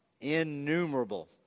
Innumerable